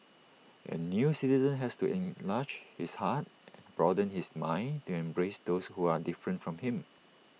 A new citizen has to enlarge his heart and broaden his mind to embrace those who are different from him